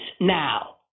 now